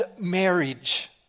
marriage